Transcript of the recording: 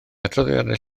adroddiadau